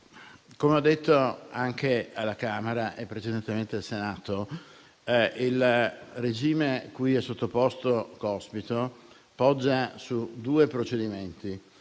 come ho detto anche alla Camera e precedentemente in Senato, il regime cui è sottoposto Cospito poggia su due procedimenti: